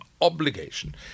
obligation